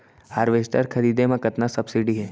Harvester खरीदे म कतना सब्सिडी हे?